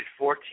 14